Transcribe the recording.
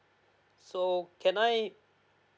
so can I